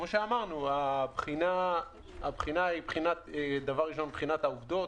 כפי שאמרנו, הבחינה היא העובדות.